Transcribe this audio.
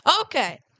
Okay